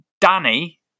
Danny